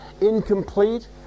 incomplete